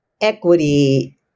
equity